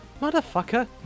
motherfucker